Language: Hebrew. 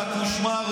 קוראים לזה הצגה.